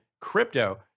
Crypto